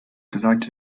gesagt